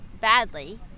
badly